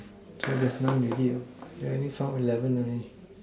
so there's none already ah you already found eleven already